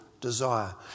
desire